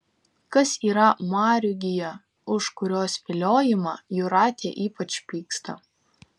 kas yra marių gija už kurios viliojimą jūratė ypač pyksta